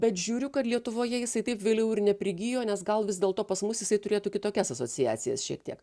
bet žiūriu kad lietuvoje jisai taip vėliau ir neprigijo nes gal vis dėlto pas mus jisai turėtų kitokias asociacijas šiek tiek